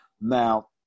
Now